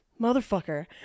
motherfucker